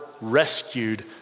rescued